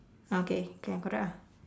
okay can correct ah